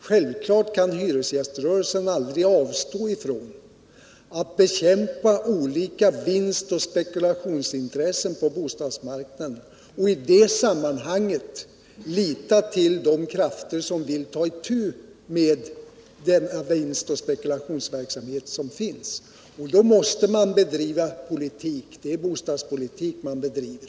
Självfallet kan hyresgäströrelsen aldrig avstå från att bekämpa olika vinstoch spekulationsintressen på bostadsmarknaden och i det sammanhanget lita till de krafter som vill ta itu med den vinst och spekulationsverksamhet som finns. Då måste man bedriva politik — och det är bostadspolitik man bedriver!